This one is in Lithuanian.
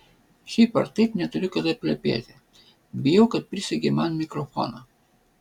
šiaip ar taip neturiu kada plepėti bijau kad prisegė man mikrofoną